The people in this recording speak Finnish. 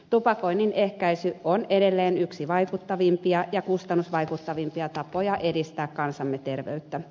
tupakoinnin ehkäisy on edelleen yksi vaikuttavimpia ja kustannusvaikuttavimpia tapoja edistää kansamme terveyttä